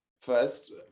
first